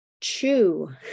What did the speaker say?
Chew